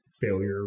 failure